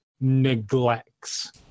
neglects